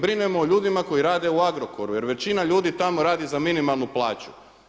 Brinemo o ljudima koji rade u Agrokoru jer većina ljudi tamo radi za minimalnu plaću.